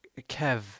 Kev